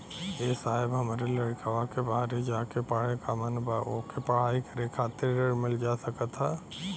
ए साहब हमरे लईकवा के बहरे जाके पढ़े क मन बा ओके पढ़ाई करे खातिर ऋण मिल जा सकत ह?